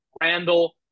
randall